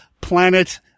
planet